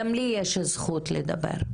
גם לי יש זכות לדבר.